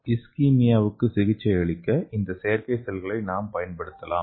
இஸ்கெமியாவுக்கு சிகிச்சையளிக்க இந்த செயற்கை செல்களை நாம் பயன்படுத்தலாம்